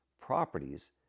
properties